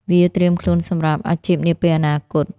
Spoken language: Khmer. វាត្រៀមខ្លួនសម្រាប់អាជីពនាពេលអនាគត។